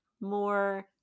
more